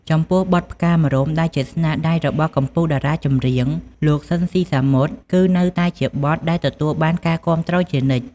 ចំពោះបទ "ផ្កាម្រុំ" ដែលជាស្នាដៃរបស់កំពូលតារាចម្រៀង លោក ស៊ីន ស៊ីសាមុត គឺនៅតែជាបទដែលទទួលបានការគាំទ្រជានិច្ច។